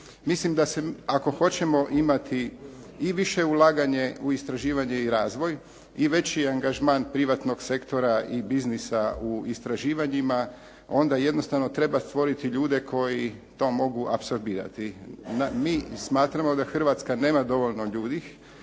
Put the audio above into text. Mislim da se, ako hoćemo imati i više ulaganje u istraživanje i razvoj i veći angažman privatnog sektora i biznisa u istraživanjima, onda jednostavno treba stvoriti ljude koji to mogu apsorbirati. Mi smatramo da Hrvatska nema dovoljno ljudi,